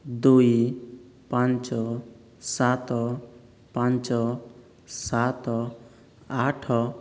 ଦୁଇ ପାଞ୍ଚ ସାତ ପାଞ୍ଚ ସାତ ଆଠ